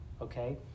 okay